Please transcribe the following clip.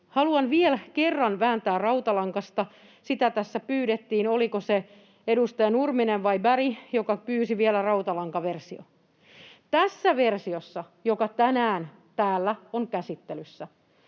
Haluan vielä kerran vääntää rautalangasta, sitä tässä pyydettiin. Oliko se edustaja Nurminen vai Berg, joka pyysi vielä rautalankaversion. Tässä versiossa, joka tänään täällä on käsittelyssä,